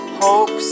hopes